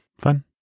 Fun